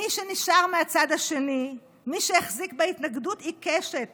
מי שנשאר מהצד השני, מי שהחזיק בהתנגדות עיקשת